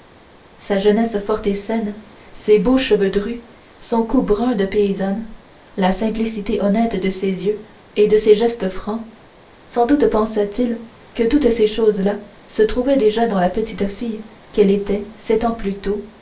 sa jeunesse forte et saine ses beaux cheveux drus son cou brun de paysanne la simplicité honnête de ses yeux et de ses gestes francs sans doute pensa-t-il que toutes ces choses-là se trouvaient déjà dans la petite fille qu'elle était sept ans plus tôt